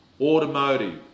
automotive